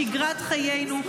בשגרת חיינו,